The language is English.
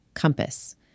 compass